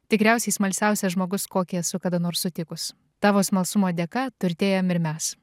tikriausiai smalsiausias žmogus kokį esu kada nors sutikus tavo smalsumo dėka turtėjam ir mes